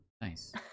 nice